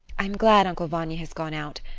i am glad uncle vanya has gone out,